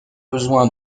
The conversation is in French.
besoin